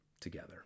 together